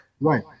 right